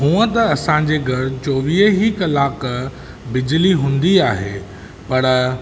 हूअं त असांजे घरु चोवीह ई कलाक बिजली हूंदी आहे पर